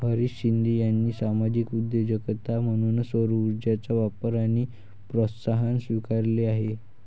हरीश शिंदे यांनी सामाजिक उद्योजकता म्हणून सौरऊर्जेचा वापर आणि प्रोत्साहन स्वीकारले आहे